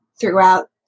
throughout